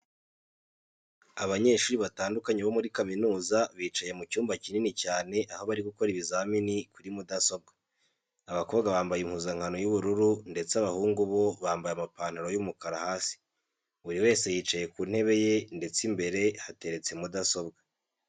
Abanyeshuri batandukanye bo muri kaminuza bicaye mu cyumba kinini cyane aho bari gukora ibizamini kuri mudasobwa. Abakobwa bambaye impuzankano y'ubururu ndetse abahungu bo bamabye amapantaro y'umukara hasi. Buri wese yicaye ku ntebe ye ndetse imbere hateretse mudasobwa.